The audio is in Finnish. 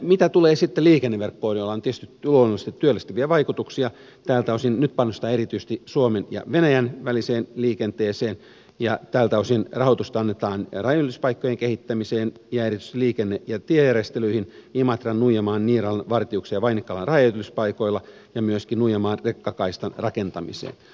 mitä tulee sitten liikenneverkkoon jolla on tietysti luonnollisesti työllistäviä vaikutuksia tältä osin nyt panostetaan erityisesti suomen ja venäjän väliseen liikenteeseen ja tältä osin rahoitusta annetaan rajanylityspaikkojen kehittämiseen ja erityisesti liikenne ja tiejärjestelyihin imatran nuijamaan niiralan vartiuksen ja vainikkalan rajanylityspaikoilla ja myöskin nuijamaan rekkakaistan rakentamiseen